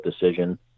decision